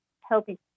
healthy